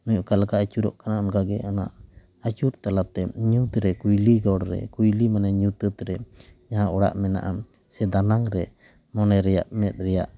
ᱩᱱᱤ ᱚᱠᱟ ᱞᱮᱠᱟᱭ ᱟᱹᱪᱩᱨᱚ ᱠᱟᱱᱟ ᱚᱱᱠᱟᱜᱮ ᱚᱱᱟ ᱟᱹᱪᱩᱨ ᱛᱟᱞᱟᱛᱮ ᱧᱩᱛᱨᱮ ᱠᱩᱭᱞᱤ ᱜᱚᱲ ᱨᱮ ᱠᱩᱭᱞᱤ ᱢᱟᱱᱮ ᱧᱩᱛᱟᱹᱛ ᱨᱮ ᱡᱟᱦᱟᱸ ᱚᱲᱟᱜ ᱢᱮᱱᱟᱜᱼᱟ ᱥᱮ ᱫᱟᱱᱟᱝ ᱨᱮ ᱢᱚᱱᱮ ᱨᱮᱭᱟᱜ ᱢᱮᱫ ᱨᱮᱭᱟᱜ